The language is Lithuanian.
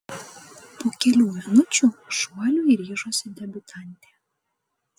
po kelių minučių šuoliui ryžosi debiutantė